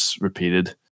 repeated